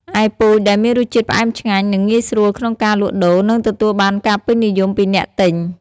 ឯពូជដែលមានរសជាតិផ្អែមឆ្ងាញ់ នឹងងាយស្រួលក្នុងការលក់ដូរ និងទទួលបានការពេញនិយមពីអ្នកទិញ។